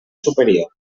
superior